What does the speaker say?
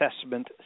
Assessment